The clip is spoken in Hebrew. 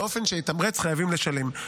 באופן שיתמרץ חייבים לשלם,